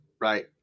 Right